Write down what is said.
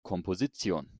komposition